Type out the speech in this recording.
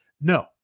no